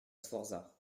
sforza